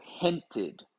hinted